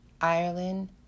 Ireland